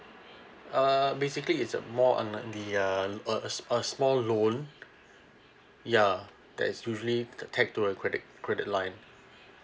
uh basically it's a more on the uh a a small a small loan ya that's usually tagged to a credit credit line